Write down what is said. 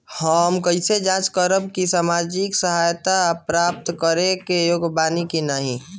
हम कइसे जांच करब कि सामाजिक सहायता प्राप्त करे के योग्य बानी की नाहीं?